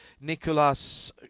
Nicolas